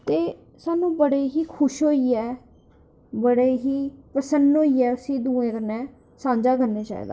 ते सानूं बड़े ई खुश होइयै बड़े ही प्रसन्न होइयै उसी दूऐं कन्नै सांझा करना चाहिदा